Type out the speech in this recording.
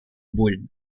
больно